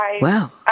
Wow